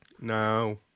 No